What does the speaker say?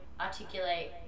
articulate